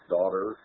Daughter